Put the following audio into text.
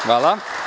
Hvala.